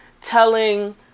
telling